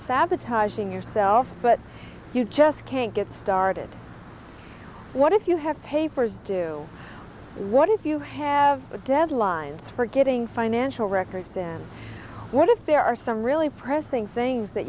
sabotaging yourself but you just can't get started what if you have papers do what if you have deadlines for getting financial records and what if there are some really pressing things that